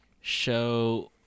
show